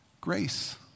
Grace